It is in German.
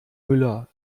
müller